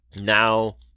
now